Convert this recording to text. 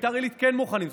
בבית"ר עילית כן מוכנים.